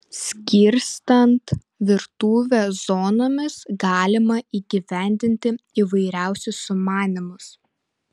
skirstant virtuvę zonomis galima įgyvendinti įvairiausius sumanymus